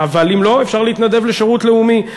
אבל אם לא, אפשר להתנדב לשירות לאומי.